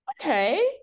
okay